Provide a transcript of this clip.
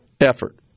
effort